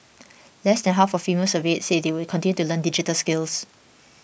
less than half of females surveyed said they would continue to learn digital skills